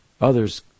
Others